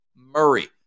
Murray